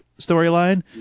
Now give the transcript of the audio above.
storyline